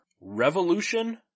Revolution